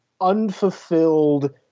unfulfilled